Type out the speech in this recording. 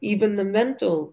even the mental